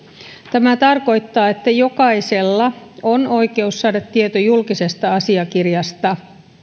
tämä tarkoittaa että jokaisella on oikeus saada tieto julkisesta asiakirjasta